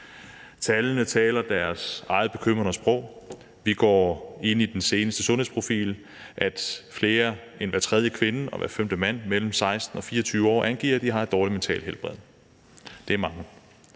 Tallene taler deres eget bekymrende sprog. Vi kan se i den seneste Sundhedsprofil, at flere end hver tredje kvinde og hver femte mand mellem 16 og 24 år angiver, at de har et dårligt mentalt helbred. Det er mange,